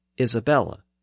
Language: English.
Isabella